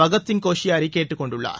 பகத்சிங் கோஷ்யாரி கேட்டுக் கொண்டுள்ளார்